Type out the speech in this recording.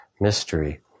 mystery